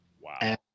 Wow